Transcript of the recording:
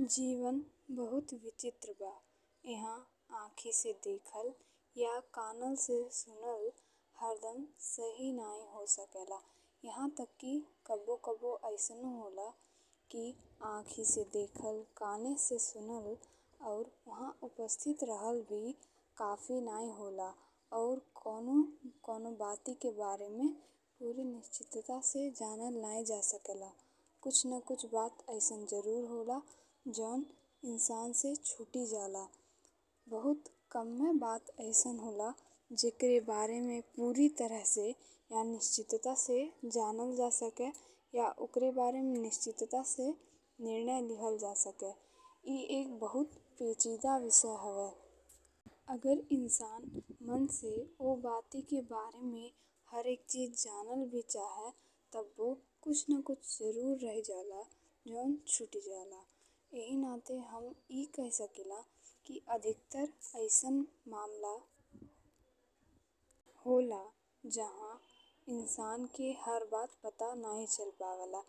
जीवन बहुत विचित्र बा। एह आंखी से देखल या कानल से सुनल हरदम सही नहीं हो सकेला। एह तक कि कब्बो-कब्बो अइसनो होला कि आंखी से देखल काने से सुनल और उहा उपस्थिति रहल भी काफ़ी नहीं होला और कउनो कउनो बाती के बारे में पुरी निश्चितता से जानल नहीं जा सकेला। कुछ ने कुछ बात अइसन जरूर होला जौन इंसान से छुटि जाला। बहुत कम्मे बात अइसन होला जेकरे बारे में पुरी तरह से या निश्चितता से जानल जा सके या ओकर बारे में निश्चितता से निर्णय लिहल जा सके। ए एक बहुत पेचिदा विषय हवे। अगर इंसान मन से ओ बाती के बारे में हर एक चीज जानल भी चाहे तब्बो कुछ ने कुछ जरूर रही जाला जौन छुटि जाला। एही नाते हम ए कही सकिला कि अधिकतर अइसन मामला होला जहा इंसान के हर बात पता नहीं चल पावेला